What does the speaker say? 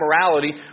morality